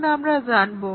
এর কারন আমরা জানবো